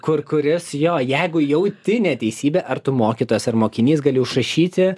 kur kuris jo jeigu jauti neteisybę ar tu mokytojas ar mokinys gali užrašyti